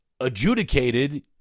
adjudicated